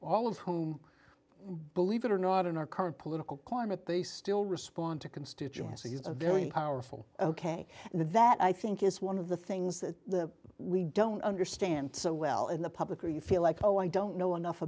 all of whom believe it or not in our current political climate they still respond to constituencies are very powerful ok and that i think is one of the things that we don't understand so well in the public or you feel like oh i don't know enough